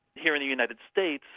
here in the united states,